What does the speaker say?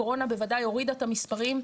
הקורונה בוודאי הורידה את המספרים,